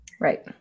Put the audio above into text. Right